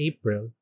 April